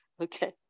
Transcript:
Okay